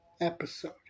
episode